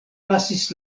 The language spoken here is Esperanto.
pasis